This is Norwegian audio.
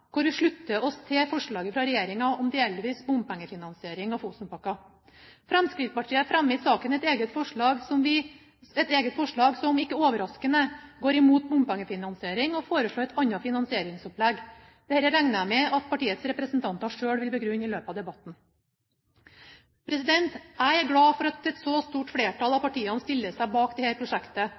hvor vi slutter oss til forslaget fra regjeringen om delvis bompengefinansiering av Fosenpakka. Fremskrittspartiet fremmer i saken et eget forslag som, ikke overraskende, går imot bompengefinansiering, og foreslår et annet finansieringsopplegg. Dette regner jeg med at partiets representanter selv vil begrunne i løpet av debatten. Jeg er glad for at et så stort flertall av partiene stiller seg bak dette prosjektet,